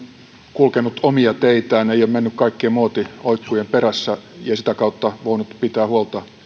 kulkenut omia teitään ei ole mennyt kaikkien muotioikkujen perässä ja sitä kautta on voinut pitää huolta